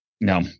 no